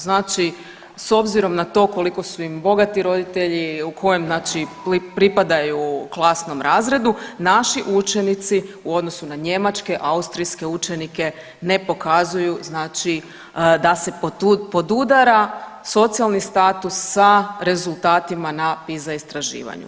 Znači s obzirom na to koliko su im bogati roditelji, u kojem znači pripadaju klasnom razredu naši učenici u odnosu na njemačke, austrijske učenike ne pokazuju znači da se podudara socijalni status sa rezultatima na PISA istraživanju.